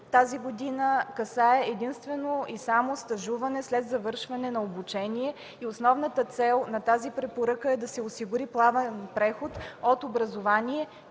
тази година, касае единствено и само стажуване след завършване на обучение. Основната цел на тази препоръка е да се осигури плавен преход от образование